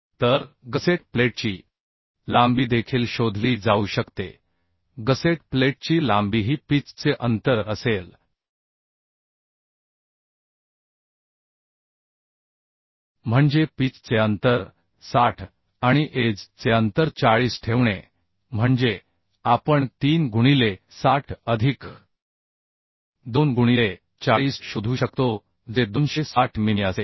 तर गसेट प्लेटची लांबी देखील शोधली जाऊ शकते गसेट प्लेटची लांबी ही पिच चे अंतर असेल म्हणजे पिच चे अंतर 60 आणि एज चे अंतर 40 ठेवणे म्हणजे आपण 3 गुणिले 60 अधिक 2 गुणिले 40 शोधू शकतो जे 260 मिमी असेल